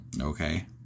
Okay